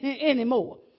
anymore